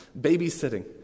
Babysitting